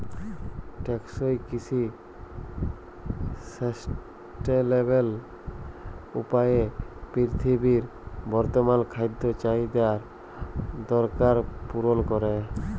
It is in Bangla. টেকসই কিসি সাসট্যালেবেল উপায়ে পিরথিবীর বর্তমাল খাদ্য চাহিদার দরকার পুরল ক্যরে